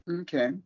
Okay